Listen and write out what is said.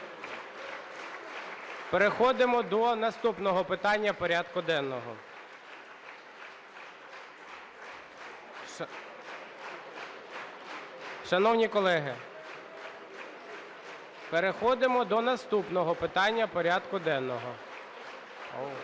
Переходимо до наступного питання порядку денного. Шановні колеги, переходимо до наступного питання порядку денного.